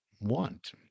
want